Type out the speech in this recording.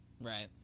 Right